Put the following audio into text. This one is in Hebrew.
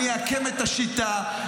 אני אעקם את השיטה,